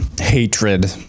hatred